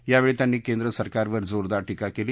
यावेळी त्यांनी केंद्र सरकारवर जोरदार टीका केली